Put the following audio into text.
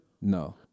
No